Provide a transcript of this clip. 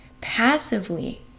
Passively